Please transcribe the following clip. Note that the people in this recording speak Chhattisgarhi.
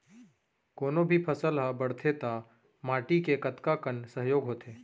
कोनो भी फसल हा बड़थे ता माटी के कतका कन सहयोग होथे?